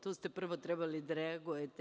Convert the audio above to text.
Tu ste prvo trebali da reagujete.